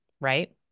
right